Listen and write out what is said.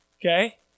Okay